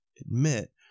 admit